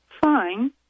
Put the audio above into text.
fine